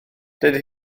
dydy